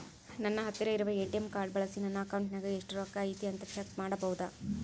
ನನ್ನ ಹತ್ತಿರ ಇರುವ ಎ.ಟಿ.ಎಂ ಕಾರ್ಡ್ ಬಳಿಸಿ ನನ್ನ ಅಕೌಂಟಿನಾಗ ಎಷ್ಟು ರೊಕ್ಕ ಐತಿ ಅಂತಾ ಚೆಕ್ ಮಾಡಬಹುದಾ?